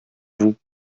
vous